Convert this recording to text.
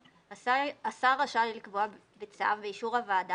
4(א)השר רשאי לקבוע בצו באישור הוועדה,